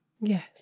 Yes